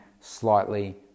slightly